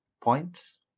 points